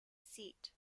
seat